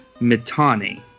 Mitani